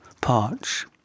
Parch